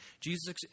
Jesus